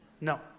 No